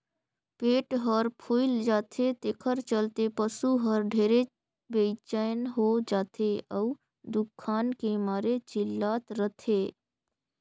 पेट हर फूइल जाथे तेखर चलते पसू हर ढेरे बेचइन हो जाथे अउ दुखान के मारे चिल्लात रथे